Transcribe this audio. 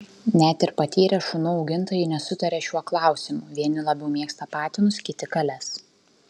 net ir patyrę šunų augintojai nesutaria šiuo klausimu vieni labiau mėgsta patinus kiti kales